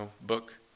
book